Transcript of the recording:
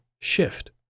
shift